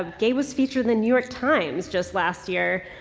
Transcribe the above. ah gabe was featured in the new york times just last year.